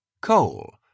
Coal